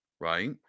Right